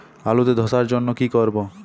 আলুতে ধসার জন্য কি করব?